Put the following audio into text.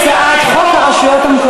הצעת חוק לתיקון פקודת העדה הדתית (המרה)